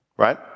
right